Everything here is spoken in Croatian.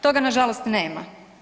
Toga nažalost nema.